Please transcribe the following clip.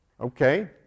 Okay